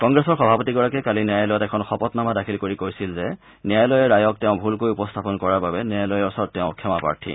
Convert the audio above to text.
কংগ্ৰেছৰ সভাপতিগৰাকীয়ে কালি ন্যায়ালয়ত এখন শপতনামা দাখিল কৰি কৈছিল যে ন্যায়ালয়ৰ ৰায়ক তেওঁ ভূলকৈ উপস্থাপন কৰাৰ বাবে ন্যায়ালয়ৰ ওচৰত তেওঁ ক্ষমাপ্ৰাৰ্থী